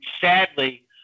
sadly